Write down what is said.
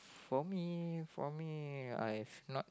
for me for me I have not